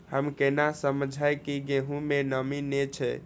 हम केना समझये की गेहूं में नमी ने छे?